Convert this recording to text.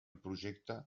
projecte